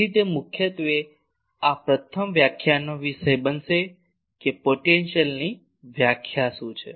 તેથી તે મુખ્યત્વે આ પ્રથમ વ્યાખ્યાનનો વિષય બનશે કે પોટેન્શિયલની ખ્યાલ શું છે